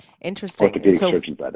Interesting